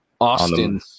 Austin